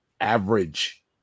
average